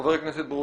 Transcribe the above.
חבר הכנסת ברושי.